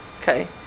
Okay